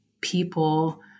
people